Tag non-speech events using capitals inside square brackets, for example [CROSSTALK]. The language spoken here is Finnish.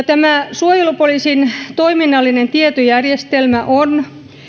[UNINTELLIGIBLE] tämä suojelupoliisin toiminnallinen tietojärjestelmä on